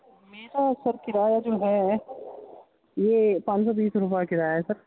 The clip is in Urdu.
میرا سب کرایہ جو ہے یہ پانچ سو بیس روپیے کرایہ ہے سر